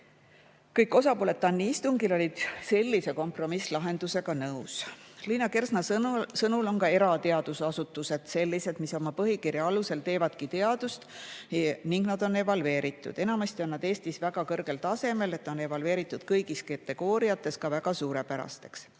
Kõik osapooled TAN-i istungil olid sellise kompromisslahendusega nõus. Liina Kersna sõnul on ka erateadusasutused sellised, mis oma põhikirja alusel teevadki teadust ning nad on evalveeritud. Enamasti on nad Eestis väga kõrgel tasemel, on evalveeritud kõigis kategooriates väga suurepärasteks.